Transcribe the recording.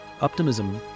Optimism